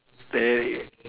steady